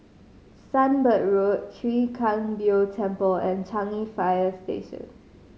Sunbird Road Chwee Kang Beo Temple and Changi Fire Station